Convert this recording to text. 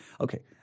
okay